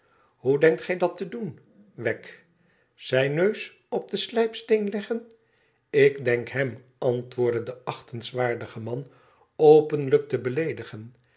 hoe denkt gij dat te doen wegg zijnneusop den slijpsteen leggen ik denk hem antwoordde de achtingswaardige man openlijk te beleedigen